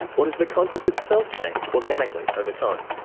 or does the concept itself change organically over time?